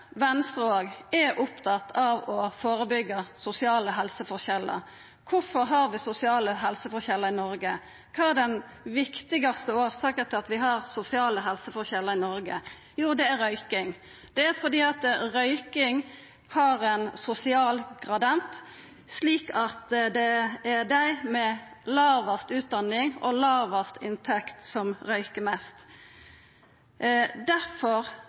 Venstre òg – er opptatt av å førebyggja sosiale helseforskjellar. Kvifor har vi sosiale helseforskjellar i Noreg? Kva er den viktigaste årsaka til at vi har sosiale helseforskjellar i Noreg? Jo, det er røyking, og det er fordi røyking har ein sosial gradient; det er dei med lågast utdanning og lågast inntekt som røyker mest. Derfor